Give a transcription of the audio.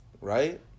Right